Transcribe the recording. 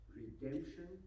redemption